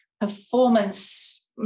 Performance